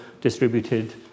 distributed